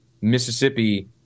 Mississippi